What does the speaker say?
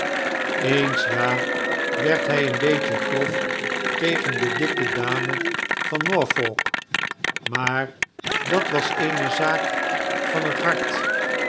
eens ja werd hij een beetje grof tegen de dikke dame van norfolk maar dat was eene zaak van het hart